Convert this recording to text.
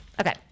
Okay